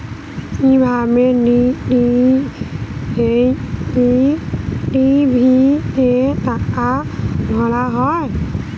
কি ভাবে DTH TV তে টাকা ভরা হয়?